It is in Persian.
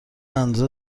اندازه